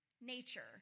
nature